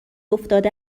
افتاده